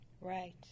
Right